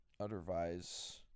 otherwise